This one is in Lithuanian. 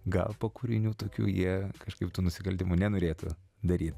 gal po kūrinių tokių jie kažkaip tų nusikaltimų nenorėtų daryt